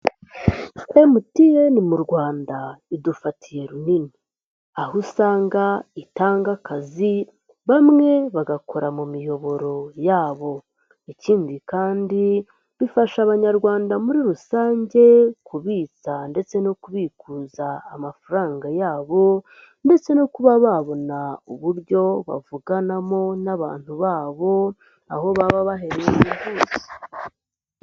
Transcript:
Mtn mu Rwanda idufatiye runini aho usanga itanga akazi bamwe bagakora mu miyoboro yabo ikindi kandi bifasha abanyarwanda muri rusange kubitsa ndetse no kubikuza amafaranga yabo ndetse no kuba babona uburyo bavuganamo n'abantu babo aho baba baherereye hose.